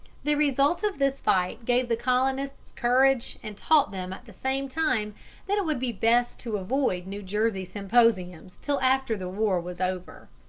the result of this fight gave the colonists courage and taught them at the same time that it would be best to avoid new jersey symposiums till after the war was over.